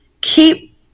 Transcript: keep